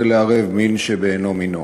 זה לערב מין בשאינו מינו.